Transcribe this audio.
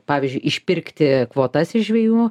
pavyzdžiui išpirkti kvotas iš žvejų